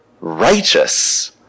righteous